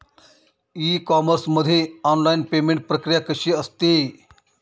E commerce मध्ये online payment प्रक्रिया कशी असते?